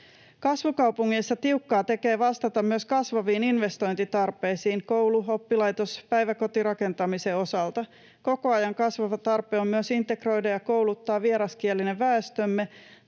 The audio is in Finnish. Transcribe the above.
Kasvukaupungeissa tiukkaa tekee vastata myös kasvaviin investointitarpeisiin koulu-, oppilaitos- ja päiväkotirakentamisen osalta. Koko ajan kasvava tarve on myös integroida ja kouluttaa vieraskielinen väestömme,